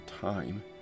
time